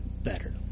better